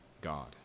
God